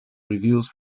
reviews